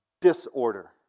disorder